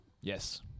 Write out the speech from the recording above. Yes